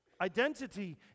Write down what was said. identity